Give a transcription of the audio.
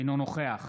אינו נוכח